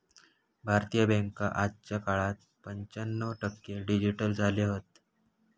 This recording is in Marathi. भारतीय बॅन्का आजच्या काळात पंच्याण्णव टक्के डिजिटल झाले हत